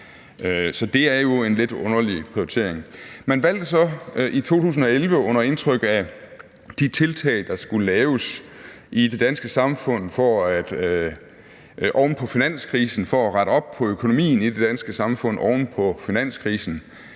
Så det er jo en lidt underlig prioritering. Man valgte så i 2011 under indtryk af de tiltag, der skulle laves for at rette op på økonomien i det danske samfund oven på finanskrisen,